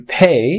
pay